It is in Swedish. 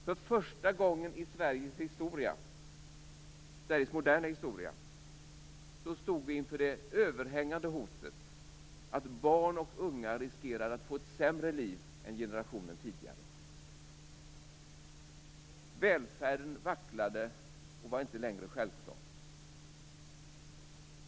För första gången i Sveriges moderna historia stod vi inför det överhängande hotet att barn och unga riskerar att få ett sämre liv än generationen tidigare. Välfärden vacklade och var inte längre självklar.